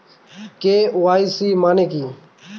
KYC মানে কি?